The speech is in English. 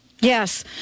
Yes